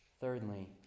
Thirdly